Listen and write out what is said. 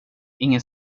ingen